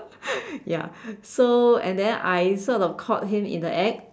ya so and then I sort of caught him in the act